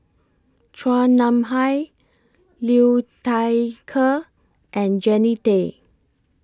Chua Nam Hai Liu Thai Ker and Jannie Tay